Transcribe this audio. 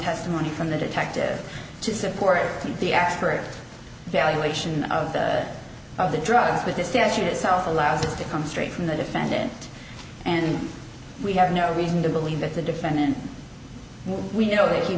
testimony from the detective to support the expert valuation of the drugs that this statute itself allows us to come straight from the defendant and we have no reason to believe that the defendant we know that he